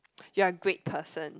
you are a great person